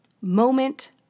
moment